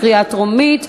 קריאה טרומית.